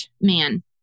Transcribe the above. man